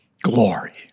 glory